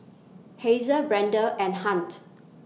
Hazel Brenda and Hunt